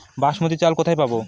বাসমতী চাল কোথায় পাবো?